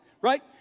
right